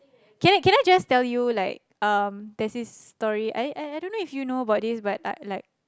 can I can I just tell you like um there's this story I I I don't know if you know about this but uh like